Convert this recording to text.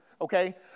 okay